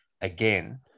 again